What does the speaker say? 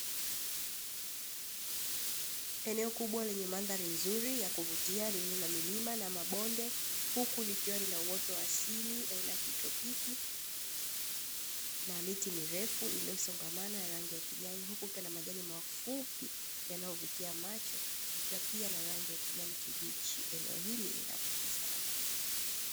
Eneo kubwa lenye mandhari nzuri ya kuvutia lililona milima na mabonde uku ya kitropiki na miti mirefu iliyosongamana ya rangi ya kijani uku ikiwa na majani mafupi yanayovutia macho yakiwa pia na rangi ya kijani kibichi eneo hili linavutia sana macho.